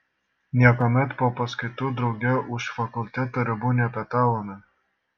niekuomet po paskaitų drauge už fakulteto ribų nepietavome